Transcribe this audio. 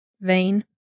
vein